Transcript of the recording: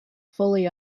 fully